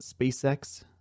SpaceX